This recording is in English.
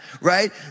right